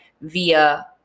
via